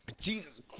Jesus